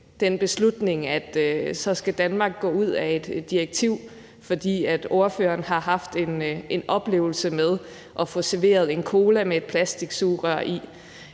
den beslutning, at Danmark så skal gå ud af et direktiv, altså fordi ordføreren har haft en oplevelse med at få serveret en cola med et plastiksugerør i.